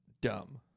dumb